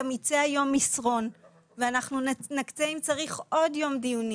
גם ייצא היום מסרון ואנחנו נקצה אם צריך עוד יום דיונים